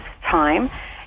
time